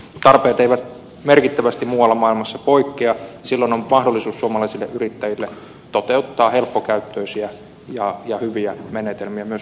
tarpeet eivät merkittävästi muualla maailmassa poikkea ja silloin on mahdollisuus suomalaisille yrittäjille toteuttaa helppokäyttöisiä ja hyviä menetelmiä myös muualle maailmaan